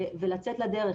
ולצאת לדרך.